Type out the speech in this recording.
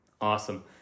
Awesome